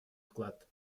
вклад